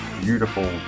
beautiful